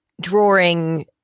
drawing